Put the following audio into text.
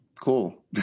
cool